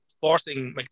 forcing